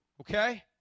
okay